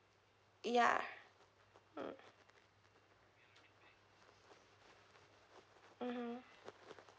ya mm mmhmm